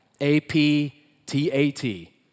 A-P-T-A-T